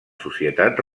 societat